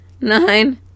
nine